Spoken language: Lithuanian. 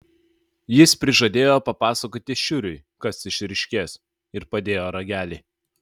jis prižadėjo papasakoti šiuriui kas išryškės ir padėjo ragelį